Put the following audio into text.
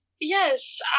Yes